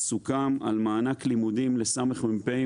סוכם על מענק לימודים לס"מפים,